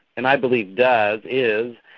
and i believe does, is,